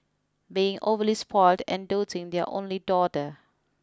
being overly spoilt and doting their only daughter